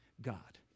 God